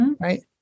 Right